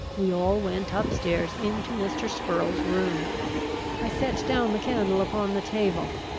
we all went up stairs into mr. spurrel's room i set down the candle upon the table.